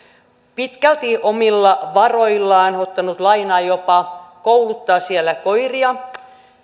pitkälti omilla varoillaan ottanut lainaa jopa kouluttaa siellä